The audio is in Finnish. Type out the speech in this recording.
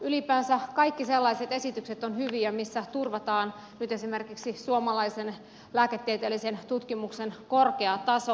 ylipäänsä kaikki sellaiset esitykset ovat hyviä missä turvataan kuten esimerkiksi nyt suomalaisen lääketieteellisen tutkimuksen korkea taso